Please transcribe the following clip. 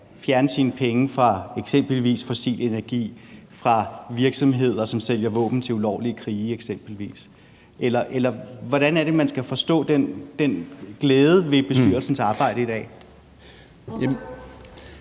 fjerne sine penge fra eksempelvis fossil energi, fra virksomheder, som sælger våben til ulovlige krige? Eller hvordan er det, man skal forstå den glæde ved bestyrelsens arbejde i dag? Kl.